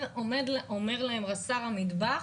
אומר להם רס"ר המטבח,